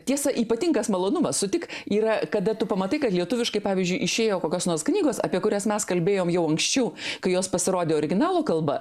tiesa ypatingas malonumas sutik yra kada tu pamatai kad lietuviškai pavyzdžiui išėjo kokios nors knygos apie kurias mes kalbėjome jau anksčiau kai jos pasirodė originalo kalba